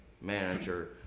manager